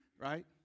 Right